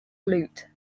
lute